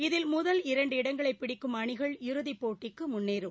இதில் முதல் இரண்டு இடங்களைபிடிக்கும் அணிகள் இறுதிப் போட்டிக்குமுன்னேறும்